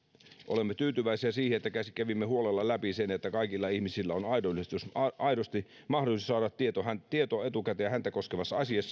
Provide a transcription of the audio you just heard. olemme tyytyväisiä siihen että kävimme huolella läpi sen että kaikilla ihmisillä on aidosti mahdollisuus saada tieto etukäteen häntä koskevassa asiassa